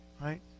right